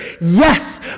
Yes